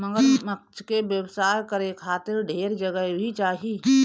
मगरमच्छ के व्यवसाय करे खातिर ढेर जगह भी चाही